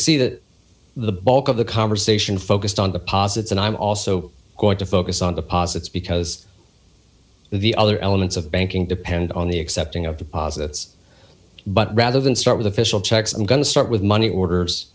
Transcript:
see that the bulk of the conversation focused on the posits and i'm also going to focus on deposits because the other elements of banking depend on the accepting of deposits but rather than start with official checks i'm going to start with money orders